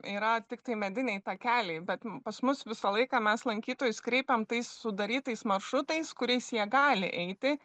yra tiktai mediniai takeliai bet pas mus visą laiką mes lankytojus kreipiam tais sudarytais maršrutais kuriais jie gali eiti